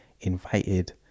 invited